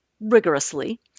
Rigorously